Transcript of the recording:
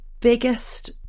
Biggest